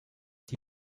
die